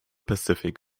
pacific